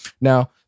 Now